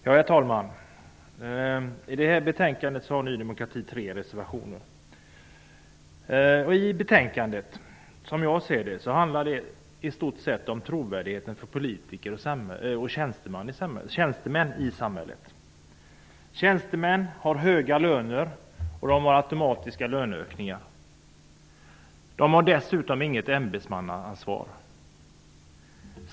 Herr talman! I det här betänkandet finns det tre reservationer från Ny demokrati. Som jag ser saken handlar betänkandet i stort sett om trovärdigheten när det gäller politiker och tjänstemän i samhället. Tjänstemän har höga löner och får automatiskt löneökningar. Dessutom har tjänstemän inte något ämbetsmannaansvar.